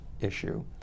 issue